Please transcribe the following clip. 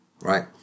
Right